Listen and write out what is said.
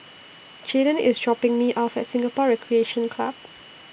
Jadyn IS dropping Me off At Singapore Recreation Club